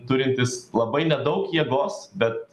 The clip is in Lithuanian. turintis labai nedaug jėgos bet